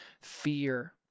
fear